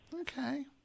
Okay